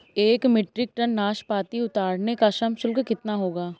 एक metric tonne नाशपाती उतारने का श्रम शुल्क कितना होगा?